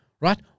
Right